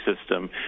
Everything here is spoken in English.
system